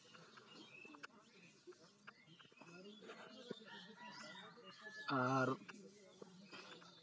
ᱟᱨ